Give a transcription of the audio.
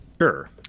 sure